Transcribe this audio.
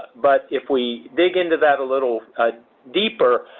but if we dig into that a little deeper,